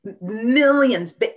millions